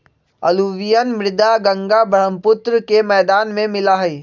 alluvial मृदा गंगा बर्ह्म्पुत्र के मैदान में मिला हई